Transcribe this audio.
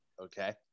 Okay